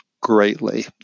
greatly